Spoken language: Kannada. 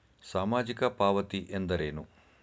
ಸಾಮಾಜಿಕ ಪಾವತಿ ಎಂದರೇನು?